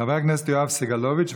חבר הכנסת יואב סגלוביץ'.